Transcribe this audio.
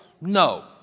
no